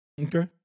Okay